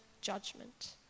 judgment